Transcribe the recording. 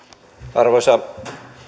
arvoisa